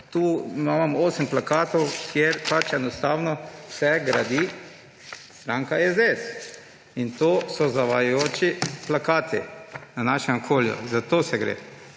Tu imam osem plakatov, kjer pač enostavno vse gradi stranka SDS, in to so zavajajoči plakati v našem okolju, za to gre.